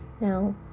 Now